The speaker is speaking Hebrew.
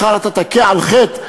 מחר אתה תכה על חטא,